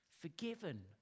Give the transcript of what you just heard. forgiven